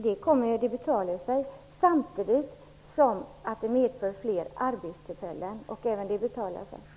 Det innebär dessutom fler arbetstillfällen. Även det är samhällsekonomiskt försvarbart.